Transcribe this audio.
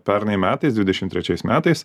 pernai metais dvidešimt trečiais metais